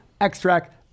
Extract